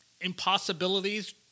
impossibilities